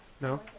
No